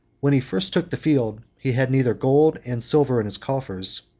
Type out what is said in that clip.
when he first took the field, he had neither gold and silver in his coffers,